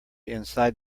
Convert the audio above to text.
inside